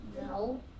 No